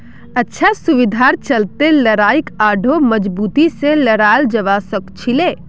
अच्छा सुविधार चलते लड़ाईक आढ़ौ मजबूती से लड़ाल जवा सखछिले